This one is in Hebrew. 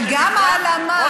וגם ההלאמה,